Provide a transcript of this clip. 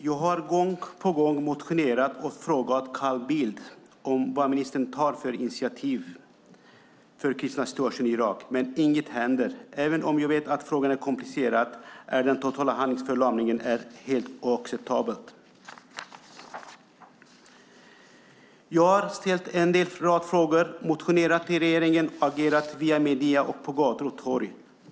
Fru talman! Jag har gång på gång frågat Carl Bildt vilka initiativ han tar när det gäller de kristnas situation i Irak, men inget händer. Även om jag vet att frågan är komplicerad tycker jag att den totala handlingsförlamningen är helt oacceptabel. Jag har ställt en rad frågor till regeringen, agerat via medier och på gator och torg.